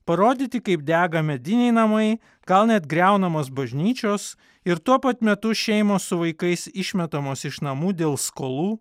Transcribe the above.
parodyti kaip dega mediniai namai gal net griaunamos bažnyčios ir tuo pat metu šeimos su vaikais išmetamos iš namų dėl skolų